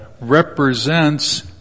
represents